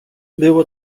było